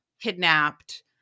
kidnapped